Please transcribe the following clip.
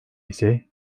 ise